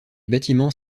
bâtiments